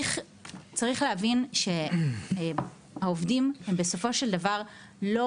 צריך להבין שהעובדים הם בסופו של דבר לא